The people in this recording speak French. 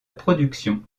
production